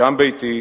שם ביתי,